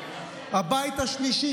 הבית השלישי,